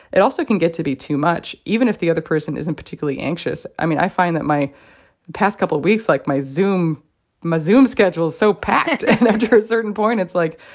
it also can get to be too much, even if the other person isn't particularly anxious. i mean, i find that my the past couple weeks, like, my zoom my zoom schedule's so packed, and after a certain point, it's like,